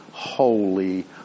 holy